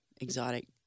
exotic